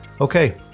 Okay